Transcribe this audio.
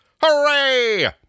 Hooray